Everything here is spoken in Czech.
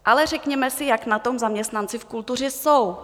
Ale řekněme si, jak na tom zaměstnanci v kultuře jsou.